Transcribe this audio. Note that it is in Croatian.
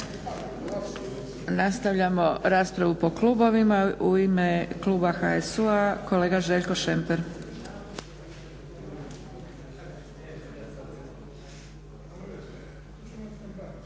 Nastavljamo raspravu po klubovima. U ime kluba HSU-a, kolega Željko Šemper.